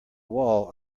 wall